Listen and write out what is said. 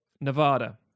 Nevada